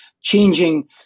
changing